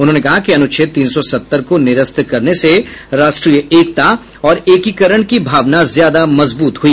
उन्होंने कहा कि अनुच्छेद तीन सौ सत्तर को निरस्त करने से राष्ट्रीय एकता और एकीकरण की भावना ज्यादा मजबूत हुई